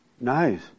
nice